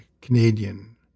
Canadian